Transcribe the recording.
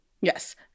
Yes